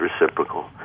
reciprocal